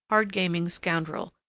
hard-gaming scoundrel,